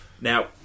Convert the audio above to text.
now